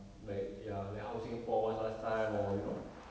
like ya like how singapore was last time or you know